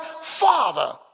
father